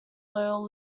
loyal